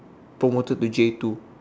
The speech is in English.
promoted to J two